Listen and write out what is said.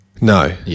No